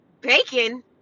bacon